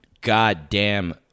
goddamn